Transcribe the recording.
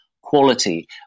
quality